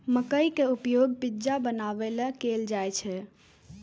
मकइ के उपयोग पिज्जा बनाबै मे कैल जाइ छै